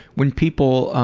when people